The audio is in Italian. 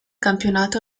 campionato